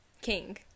king